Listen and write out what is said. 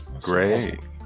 great